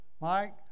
Mike